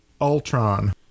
Ultron